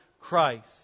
Christ